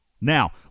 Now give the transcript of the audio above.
Now